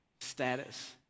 status